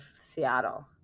Seattle